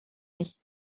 nicht